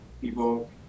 people